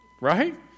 Right